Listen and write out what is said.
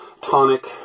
tonic